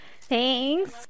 Thanks